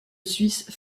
suisse